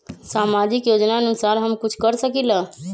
सामाजिक योजनानुसार हम कुछ कर सकील?